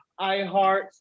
iHeart